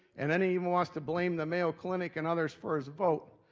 and then he even wants to blame the mayo clinic and others for his vote.